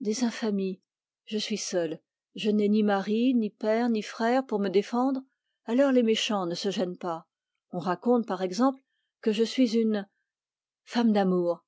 des infamies je suis seule je n'ai ni mari ni père ni frère pour me défendre alors les méchants ne se gênent pas on raconte par exemple que je suis une femme d'amour